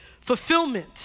fulfillment